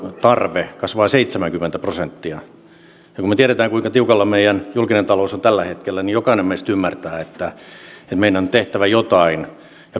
tarve kasvavat seitsemänkymmentä prosenttia ja kun me tiedämme kuinka tiukalla meidän julkinen talous on tällä hetkellä niin jokainen meistä ymmärtää että meidän on tehtävä jotain